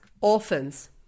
orphans